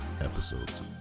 episodes